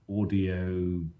audio